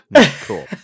Cool